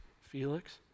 Felix